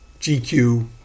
GQ